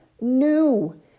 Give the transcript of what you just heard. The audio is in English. new